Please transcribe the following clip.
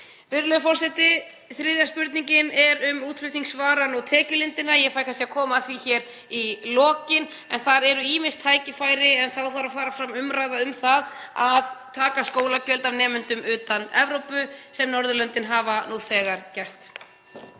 Virðulegur forseti. Þriðja spurningin er um útflutningsvöruna og tekjulindina, ég fæ kannski að koma að því hér í lokin, en þar eru ýmis tækifæri. Þá þarf að fara fram umræða um að taka skólagjöld af nemendum utan Evrópu, sem Norðurlöndin hafa nú þegar gert.